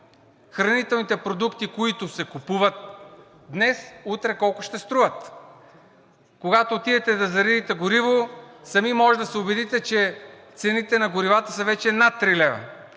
хранителните продукти, които се купуват днес, утре колко ще струват. Когато отидете да заредите горива, сами можете да се убедите, че цените на горивата са вече над три лева.